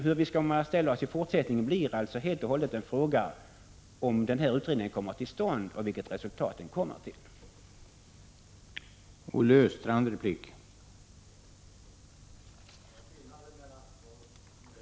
Hur vi kommer att ställa oss i fortsättningen blir helt och hållet en fråga om huruvida utredningen kommer till stånd och vilket resultat den kommer fram till.